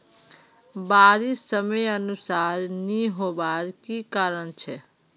बारिश समयानुसार नी होबार की कारण छे?